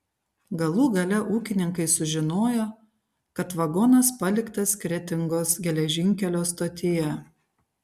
galų gale ūkininkai sužinojo kad vagonas paliktas kretingos geležinkelio stotyje